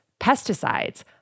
Pesticides